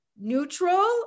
neutral